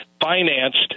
financed